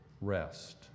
rest